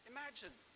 Imagine